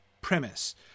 premise